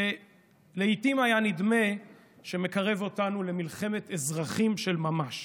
שלעיתים היה נדמה שמקרב אותנו למלחמת אזרחים של ממש.